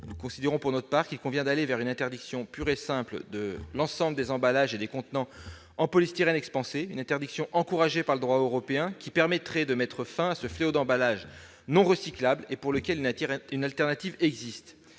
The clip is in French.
nous considérons qu'il convient d'aller vers une interdiction pure et simple de l'ensemble des emballages et des contenants en polystyrène expansé, une interdiction encouragée par le droit européen, qui permettrait de mettre fin à ce fléau des emballages non recyclables, pour lesquels une alternative existe.